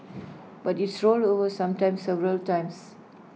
but it's rolled over sometimes several times